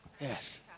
Yes